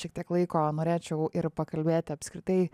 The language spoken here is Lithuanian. šiek tiek laiko norėčiau ir pakalbėti apskritai